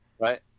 right